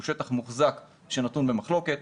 הוא שטח מוחזק שנתון במחלוקת.